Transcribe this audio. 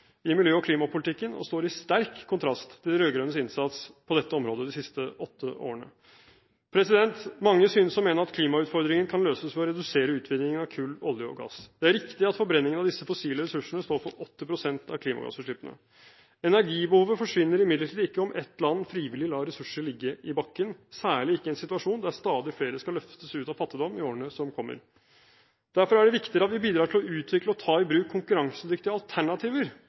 i miljø- og klimapolitikken og står i sterk kontrast til de rød-grønnes innsats på dette området de siste åtte årene. Mange synes å mene at klimautfordringene kan løses ved å redusere utvinningen av kull, olje og gass. Det er riktig at forbrenningen av disse fossile ressursene står for 80 pst. av klimagassutslippene. Energibehovet forsvinner imidlertid ikke om ett land frivillig lar ressurser ligge i bakken, særlig ikke i en situasjon der stadig flere skal løftes ut av fattigdom i årene som kommer. Derfor er det viktigere at vi bidrar til å utvikle og ta i bruk konkurransedyktige alternativer